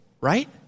right